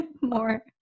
more